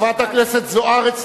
חברת הכנסת זוארץ,